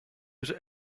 was